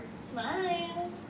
Smile